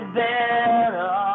better